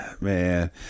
man